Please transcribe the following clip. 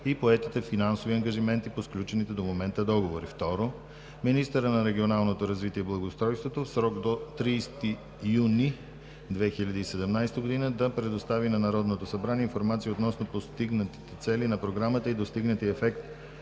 и поетите финансови ангажименти по сключените до момента договори. 2. Министърът на регионалното развитие и благоустройството в срок до 30 юни 2017 г. да предостави на Народното събрание информация относно постигнатите цели на Програмата и достигнатия ефект